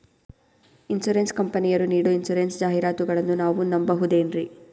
Insurance ಕಂಪನಿಯರು ನೀಡೋ insurance ಜಾಹಿರಾತುಗಳನ್ನು ನಾವು ನಂಬಹುದೇನ್ರಿ?